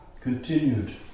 continued